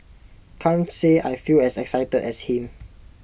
can't say I feel as excited as him